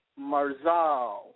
Marzal